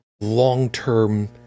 long-term